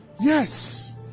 Yes